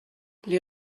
les